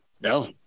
no